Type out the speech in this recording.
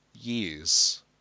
years